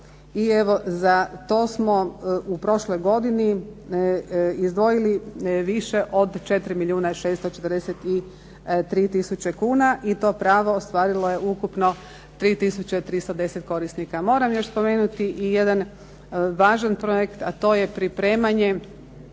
za to smo u prošloj godini izdvojili više od 4 milijuna 643 tisuće kuna i to pravo ostvarilo je ukupno 3310 korisnika. Moram još spomenuti i jedan važan projekt, a to je pripremanje